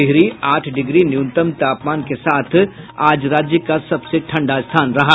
डिहरी आठ डिग्री न्यूनतम तापमान के साथ आज राज्य का सबसे ठंडा स्थान रहा